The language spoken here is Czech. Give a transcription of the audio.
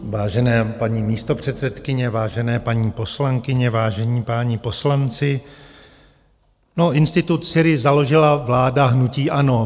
Vážená paní místopředsedkyně, vážené paní poslankyně, vážení páni poslanci, institut SYRI založila vláda hnutí ANO.